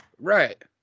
Right